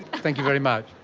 thank you very much.